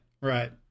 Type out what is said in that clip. Right